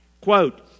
quote